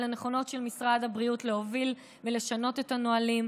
על הנכונות של משרד הבריאות להוביל ולשנות את הנהלים,